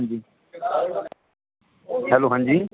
ਹਾਂਜੀ ਹੈਲੋ ਹਾਂਜੀ